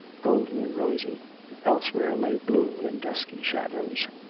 golden and rosy elsewhere lay blue and dusky shadows.